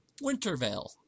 Wintervale